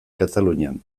katalunian